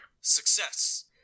Success